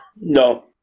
No